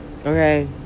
okay